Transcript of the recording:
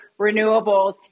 renewables